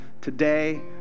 today